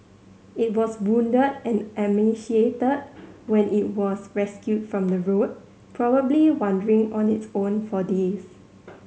it was wounded and emaciated when it was rescued from the road probably wandering on its own for days